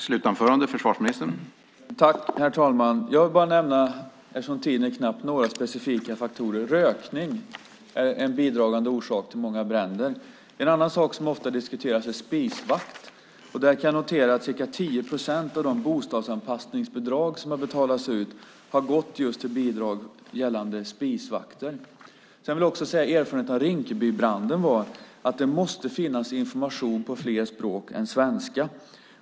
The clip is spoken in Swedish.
Herr talman! Eftersom tiden är knapp vill jag bara nämna några specifika faktorer. Rökning är en bidragande orsak till många bränder. En annan sak som ofta diskuteras är spisvakt, och där kan jag notera att ca 10 procent av de bostadsanpassningsbidrag som betalats ut har varit just bidrag till spisvakter. Jag vill också säga att erfarenheten av Rinkebybranden är att det måste finnas information på fler språk än svenska.